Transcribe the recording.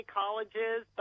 colleges